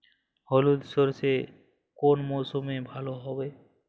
হলুদ সর্ষে কোন মরশুমে ভালো হবে?